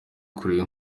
kure